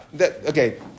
okay